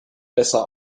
besser